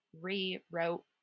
rewrote